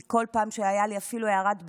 כי כל פעם שהייתה לי אפילו הערת ביניים,